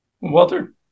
Walter